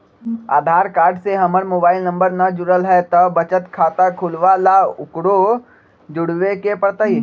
आधार card से हमर mobile number न जुरल है त बचत खाता खुलवा ला उकरो जुड़बे के पड़तई?